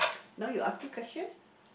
now you ask me question